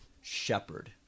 shepherd